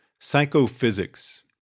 Psychophysics